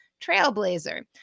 Trailblazer